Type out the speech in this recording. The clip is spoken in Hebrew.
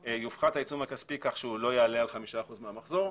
יופחת העיצום הכספי כך שהוא לא יעלה על 5% מן המחזור,